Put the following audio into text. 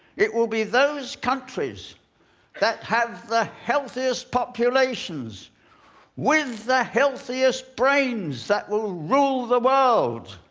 it will be those countries that have the healthiest populations with the healthiest brains that will rule the world.